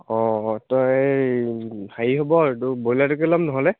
অ' তই হেৰি হ'ব তোৰ ব্ৰইলাৰটোকে ল'ম নহ'লে